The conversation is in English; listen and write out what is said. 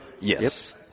Yes